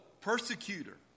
persecutor